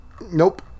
Nope